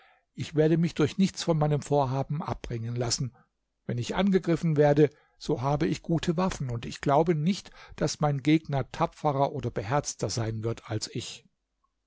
ich werde mich durch nichts von meinem vorhaben abbringen lassen wenn ich angegriffen werde so habe ich gute waffen und ich glaube nicht daß mein gegner tapferer oder beherzter sein wird als ich